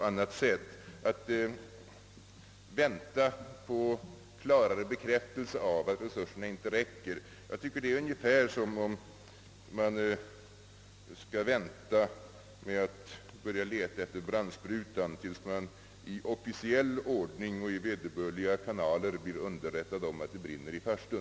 Att vänta på klarare bekräftelse på att resurserna inte räcker är ungefär som att vänta med att börja leta efter brandsprutan först när man i officiell ordning och genom vederbörliga kanaler blivit underrättad om att det brinner i farstun.